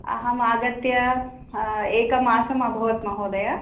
अहम् आगत्य एकमासः अभवत् महोदय